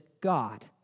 God